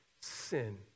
sin